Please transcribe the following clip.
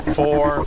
four